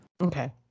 Okay